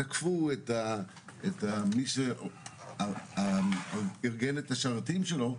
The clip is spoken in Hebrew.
תקפו את מי שארגן את השרתים שלו,